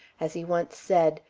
as he once said,